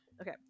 okay